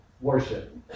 Worship